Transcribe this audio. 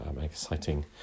exciting